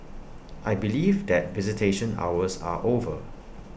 I believe that visitation hours are over